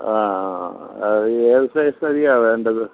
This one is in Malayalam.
ആ ആ ആ അതേത് സൈസ് അരിയാണ് വേണ്ടത്